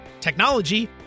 technology